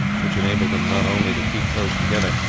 which enabled them not only to keep close together,